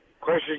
question